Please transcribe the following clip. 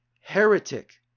heretic